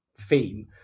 theme